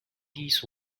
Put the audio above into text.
these